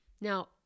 Now